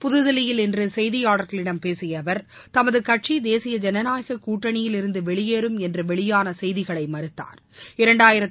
புத்தில்லியில் இன்று கெய்தியாளர்களிடம் பேசிய அவர் தமது கட்சி தேசிய ஜனநாயக கூட்டணியில் இருந்து வெளியேறும் என்று வெளியான செய்திகளை மறுத்தாா்